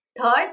Third